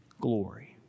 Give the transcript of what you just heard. glory